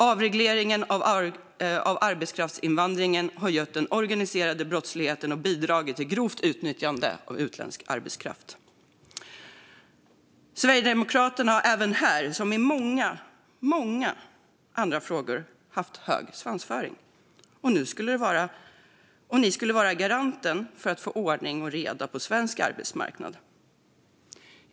Avregleringen av arbetskraftsinvandringen har gött den organiserade brottsligheten och bidragit till grovt utnyttjande av utländsk arbetskraft. Sverigedemokraterna har även här, precis som i många andra frågor, haft hög svansföring och sagt sig vara garanten för ordning och reda på svensk arbetsmarknad.